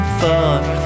thought